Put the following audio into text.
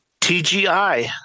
TGI